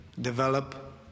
develop